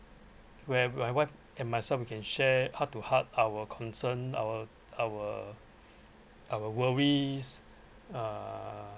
where where my wife and myself we can share heart to heart our concern our our our worries uh